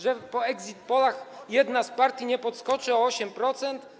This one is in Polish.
Że po exit pollach jedna z partii nie podskoczy o 8%?